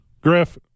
Griff